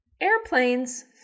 airplanes